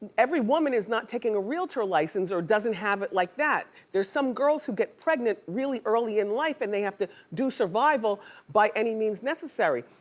every woman is not taking a realtor license or doesn't have it like that. there's some girls who get pregnant really early in life and they have to do survival by any means necessary.